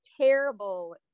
terrible